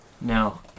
no